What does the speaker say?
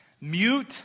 mute